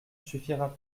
suffira